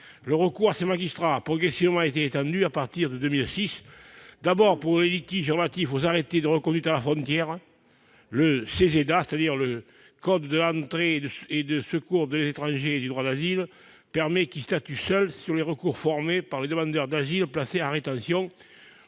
Le recours à ces magistrats a progressivement été étendu à partir de 2006, d'abord pour les litiges relatifs aux arrêtés de reconduite à la frontière. Le CESEDA, ou code de l'entrée et du séjour des étrangers et du droit d'asile, permet qu'ils statuent seuls sur les recours formés par les demandeurs d'asile placés en rétention